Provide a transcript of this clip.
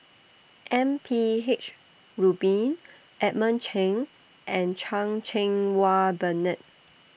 M P H Rubin Edmund Cheng and Chan Cheng Wah Bernard